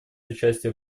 участия